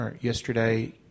yesterday